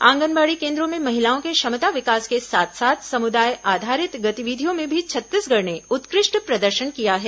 आंगनबाड़ी केन्द्रों में महिलाओं के क्षमता विकास के साथ साथ समुदाय आधारित गतिविधियों में भी छत्तीसगढ़ ने उत्कृष्ट प्रदर्शन किया है